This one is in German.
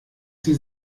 sie